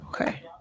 Okay